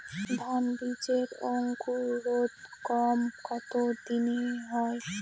ধান বীজের অঙ্কুরোদগম কত দিনে হয়?